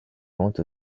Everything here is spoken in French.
ventes